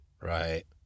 Right